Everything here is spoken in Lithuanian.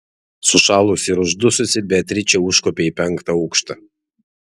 sušalusi ir uždususi beatričė užkopė į penktą aukštą